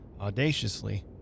audaciously